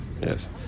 Yes